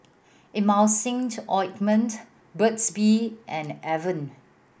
Emulsying Ointment Burt's Bee and Avene